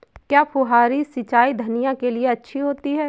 क्या फुहारी सिंचाई धनिया के लिए अच्छी होती है?